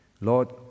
Lord